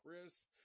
chris